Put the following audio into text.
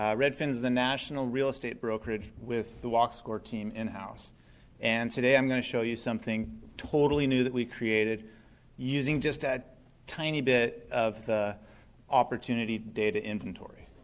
ah redfin's the national real estate brokerage with the walk score team in house and today i'm going to show you something totally new that we created using just a tiny bit of the opportunity data inventory.